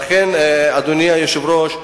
אדוני היושב-ראש,